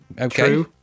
okay